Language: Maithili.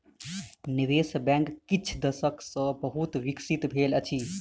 निवेश बैंक किछ दशक सॅ बहुत विकसित भेल अछि